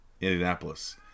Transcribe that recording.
Indianapolis